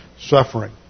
suffering